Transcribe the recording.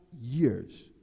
years